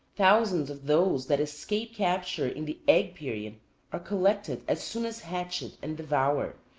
thousands of those that escape capture in the egg period are collected as soon as hatched and devoured,